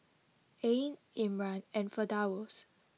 Ain Imran and Firdaus